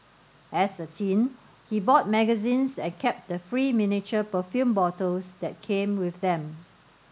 as a teen he bought magazines and kept the free miniature perfume bottles that came with them